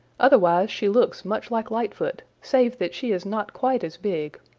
otherwise she looks much like lightfoot, save that she is not quite as big.